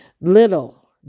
Little